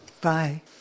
Bye